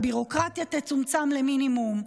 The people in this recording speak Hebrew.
הביורוקרטיה תצומצם למינימום.